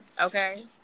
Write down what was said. Okay